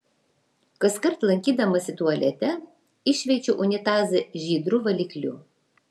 kaskart lankydamasi tualete iššveičiu unitazą žydru valikliu